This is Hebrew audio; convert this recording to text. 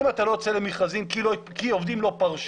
אם אתה לא יוצא למכרזים כי עובדים לא פרשו